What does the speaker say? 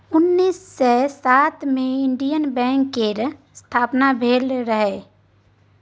उन्नैस सय सात मे इंडियन बैंक केर स्थापना भेल रहय